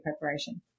preparation